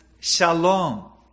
Shalom